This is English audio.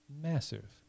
massive